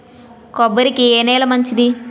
కొబ్బరి కి ఏ నేల మంచిది?